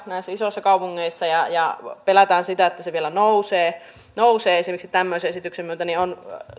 näissä isoissa kaupungeissa ja ja kun pelätään sitä että se vielä nousee nousee esimerkiksi tämmöisen esityksen myötä niin on